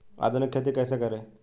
आधुनिक खेती कैसे करें?